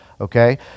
Okay